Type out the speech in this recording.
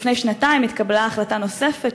לפני שנתיים התקבלה החלטה נוספת,